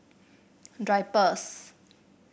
Drypers